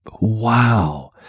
Wow